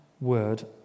word